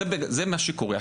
זה מה שקורה.